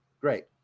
Great